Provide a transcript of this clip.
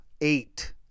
eight